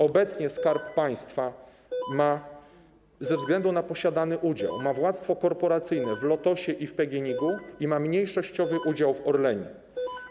Obecnie Skarb Państwa ze względu na posiadany udział ma władztwo korporacyjne w Lotosie i PGNiG i mniejszościowy udział w Orlenie.